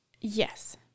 Yes